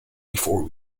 before